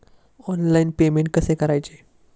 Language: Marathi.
ऑनलाइन पेमेंट कसे करायचे?